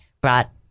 brought